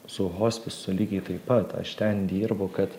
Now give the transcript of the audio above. su hospisu lygiai taip pat aš ten dirbu kad